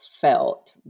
felt